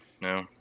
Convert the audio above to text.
No